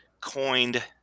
coined